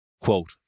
Quote